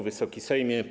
Wysoki Sejmie!